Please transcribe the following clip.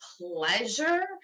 pleasure